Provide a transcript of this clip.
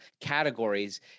categories